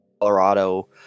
colorado